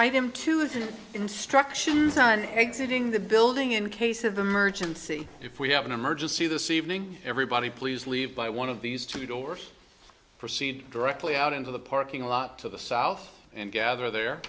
him to is an instruction on exiting the building in case of emergency if we have an emergency this evening everybody please leave by one of these two doors proceed directly out into the parking lot to the south and gather there